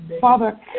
Father